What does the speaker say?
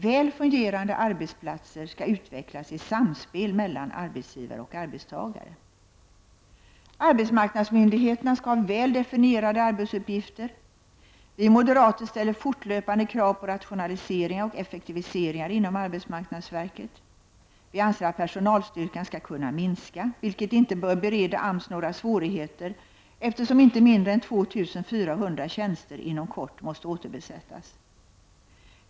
Väl fungerande arbetsplatser skall utvecklas i samspel mellan arbetsgivare och arbetstagare. Arbetsmarknadsmyndigheterna skall ha väl definierade arbetsuppgifter. Vi moderater ställer fortlöpande krav på rationaliseringar och effektiviseringar inom arbetsmarknadsverket. Vi anser att personalstyrkan skall kunna minska, vilket inte bör bereda AMS några svårigheter, eftersom inte mindre än 2 400 tjänster inom kort måste återbesättas.